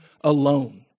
alone